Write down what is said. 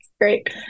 great